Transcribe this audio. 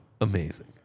amazing